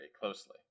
closely